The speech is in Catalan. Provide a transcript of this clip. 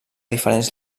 diferents